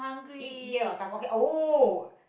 eat here or dabao ok~ !oh!